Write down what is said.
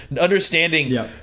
understanding